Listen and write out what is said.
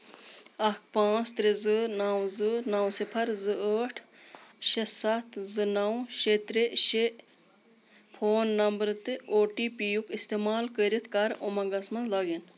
اکھ پانٛژھ ترٛےٚ زٕ نو زٕ نو صِفر زٕ ٲٹھ شےٚ سَتھ زٕ نو شےٚ ترٛےٚ شےٚ فون نمبر تہٕ او ٹی پی یُک استعمال کٔرِتھ کر اُمنٛگس مَنٛز لاگ اِن